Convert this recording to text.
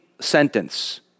sentence